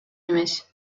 эмес